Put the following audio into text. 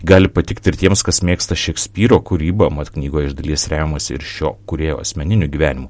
gali patikti ir tiems kas mėgsta šekspyro kūrybą mat knygoj iš dalies remiamasi ir šio kūrėjo asmeniniu gyvenimu